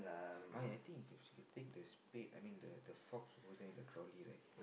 I I think if you you take the spade I mean the the fork over there in the trolley right